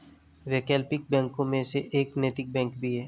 वैकल्पिक बैंकों में से एक नैतिक बैंक भी है